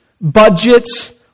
budgets